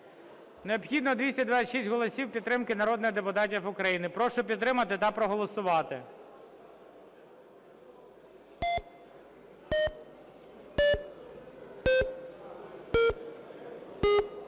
необхідно 226 голосів підтримки народних депутатів України. Прошу підтримати та проголосувати.